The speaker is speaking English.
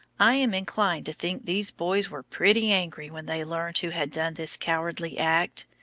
i am inclined to think these boys were pretty angry when they learned who had done this cowardly act,